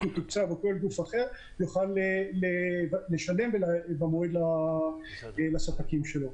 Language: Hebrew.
מתוקצב או כל גוף אחר יוכל לשלם במועד לספקים שלו.